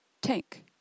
tank